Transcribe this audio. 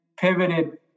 pivoted